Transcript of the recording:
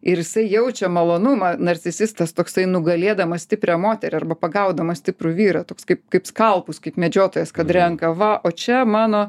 ir jisai jaučia malonumą narcisistas toksai nugalėdamas stiprią moterį arba pagaudama stiprų vyrą toks kaip kaip skalpus kaip medžiotojas kad renka va o čia mano